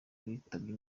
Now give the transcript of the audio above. bitabye